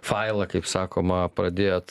failą kaip sakoma pradėjot